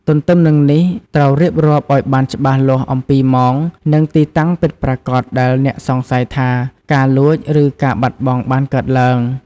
ទទ្ទឹមនឹងនេះ ត្រូវរៀបរាប់ឲ្យបានច្បាស់លាស់អំពី ម៉ោង និងទីតាំងពិតប្រាកដ ដែលអ្នកសង្ស័យថាការលួច ឬការបាត់បង់បានកើតឡើង។